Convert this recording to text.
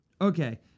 Okay